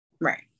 right